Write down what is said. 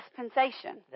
dispensation